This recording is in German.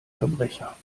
verbrecher